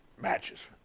matches